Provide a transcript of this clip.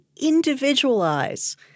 individualize